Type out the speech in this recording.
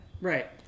Right